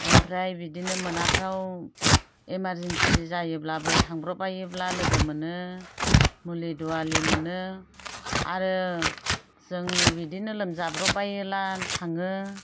ओमफ्राय बिदिनो मोनाफोराव इमारजेन्सि जायोब्लाबो थांब्र'बबायोब्ला लोगो मोनो मुलि दुवालि मोनो आरो जों बिदिनो लोमजाब्र'बबायोब्ला थाङो